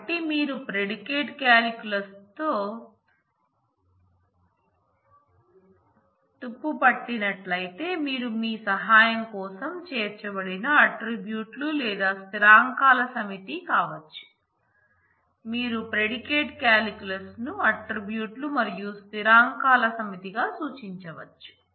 కాబట్టి మీరు predicate calculus తో తుప్పుపట్టినట్లయితే మీరు మీ సహాయం కోసం చేర్చబడిన ఆట్రిబ్యూట్లు లేదా స్థిరాంకాల సమితి కావచ్చు మీరు ప్రిడికేట్ కాలిక్యులస్ను ఆట్రిబ్యూట్లు మరియు స్థిరాంకాల సమితిగా సూచించవచ్చు